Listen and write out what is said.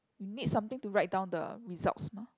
you need something to write down the results mah